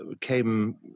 came